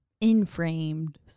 in-framed